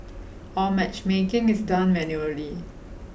all matchmaking is done manually